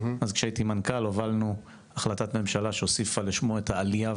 כשהייתי מנכ"ל הובלתי החלטת ממשלה שהוסיפה לשמו את המילה "עלייה",